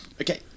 Okay